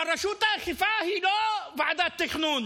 אבל רשות האכיפה היא לא ועדת תכנון.